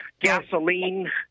gasoline